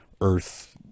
earth